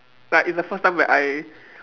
like it's the first time where I